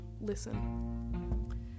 listen